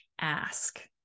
ask